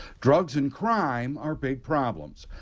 drugs and crime are big problems.